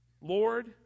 Lord